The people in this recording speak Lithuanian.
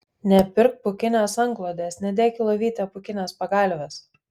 nepirk pūkinės antklodės nedėk į lovytę pūkinės pagalvės